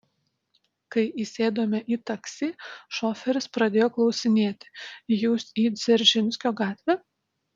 kai įsėdome į taksi šoferis pradėjo klausinėti jūs į dzeržinskio gatvę